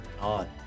god